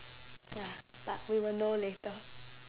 ya but we will know later